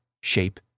shape